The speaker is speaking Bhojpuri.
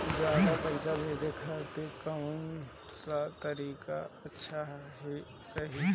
ज्यादा पईसा भेजे खातिर कौन सा तरीका अच्छा रही?